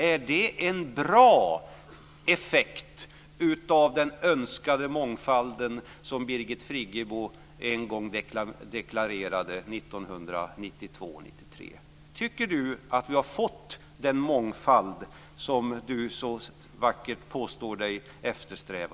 Är det en bra effekt av den önskade mångfald som Birgit Friggebo en gång deklarerade 1992-1993? Tycker Ola Karlsson att vi har fått den mångfald som han så vackert påstår sig eftersträva?